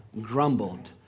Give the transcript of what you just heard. grumbled